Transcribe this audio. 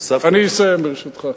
אני אסיים, ברשותך.